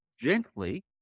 gently